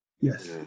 Yes